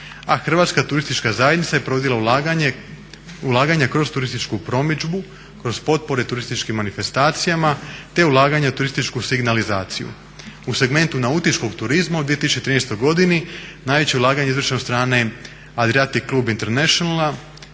a Hrvatska turistička zajednica je provodila ulaganja kroz turističku promidžbu, kroz potpore turističkim manifestacijama te ulaganjem u turističku signalizaciju. U segmentu nautičkog turizma u 2013. godini najveće ulaganje je izvršeno od strane Adriatic Club Internationala